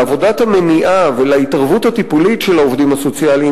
לעבודת המניעה ולהתערבות הטיפולית של העובדים הסוציאליים